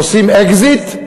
עושים אקזיט,